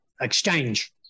exchange